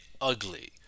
ugly